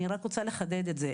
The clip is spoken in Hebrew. אני רק רוצה לחדד את זה,